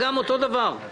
זה אותו דבר.